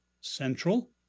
central